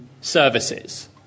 services